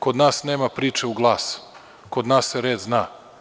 Kod nas nema priče u glas, kod nas se red zna.